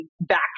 back